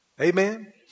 Amen